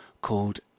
called